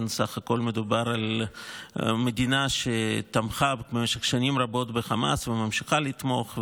בסך הכול מדובר על מדינה שתמכה במשך שנים רבות בחמאס וממשיכה לתמוך,